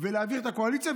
ולהביך את הקואליציה,